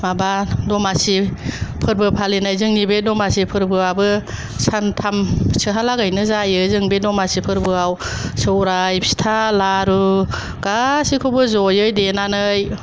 माबा दमासि फोरबो फालिनाय जोंनि बे दमासि फोरबोआबो सानथामसोहालागैनो जायो जों बे दमासि फोरबोआव सौराइ फिथा लारु गासैखौबो जयै देनानै